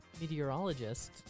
meteorologist